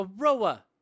Aroa